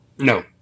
No